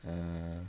err